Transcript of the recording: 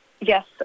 Yes